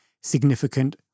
significant